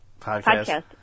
Podcast